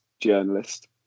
journalist